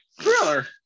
thriller